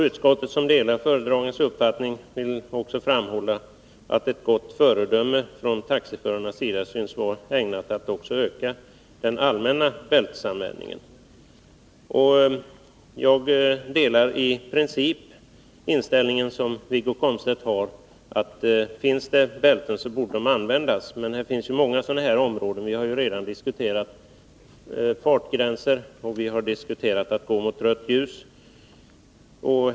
Utskottet, som delar föredragandens uppfattning, vill också framhålla att ett gott föredöme från taxiförarnas sida synes vara ägnat att öka den allmänna bältesanvändningen. Jag delar i princip den inställning som Wiggo Komstedt har, att om det finns bälten så borde de användas. Men det finns många områden som liknar detta — vi har redan diskuterat fartgränserna och detta att gå mot rött ljus.